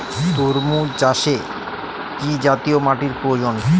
তরমুজ চাষে কি জাতীয় মাটির প্রয়োজন?